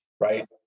Right